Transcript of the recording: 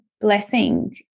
blessing